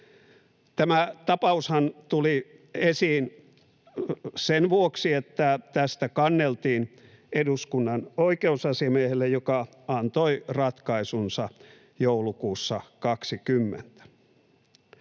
Tämä tapaushan tuli esiin sen vuoksi, että tästä kanneltiin eduskunnan oikeusasiamiehelle, joka antoi ratkaisunsa joulukuussa 2020.